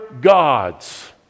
gods